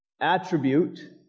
attribute